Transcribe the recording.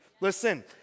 Listen